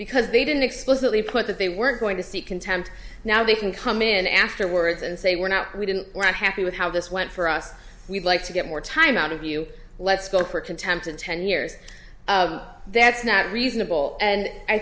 because they didn't explicitly put that they weren't going to seek contempt now they can come in afterwards and say we're not we didn't write happy with how this went for us we'd like to get more time out of you let's go for contempt of ten years that's not reasonable and i